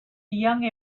young